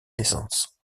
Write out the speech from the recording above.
naissances